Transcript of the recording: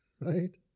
right